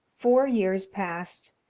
four years passed,